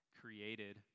created